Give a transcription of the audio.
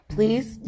Please